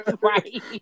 right